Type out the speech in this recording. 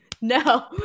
No